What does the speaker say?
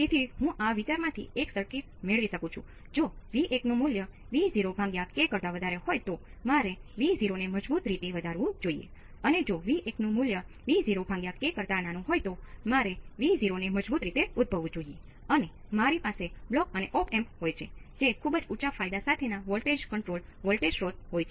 તેથી મારી પાસે 15 વોલ્ટ છે